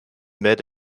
met